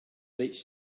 beach